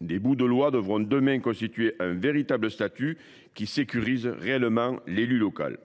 D’autres véhicules législatifs devront demain constituer un véritable statut, qui sécurise réellement l’élu local.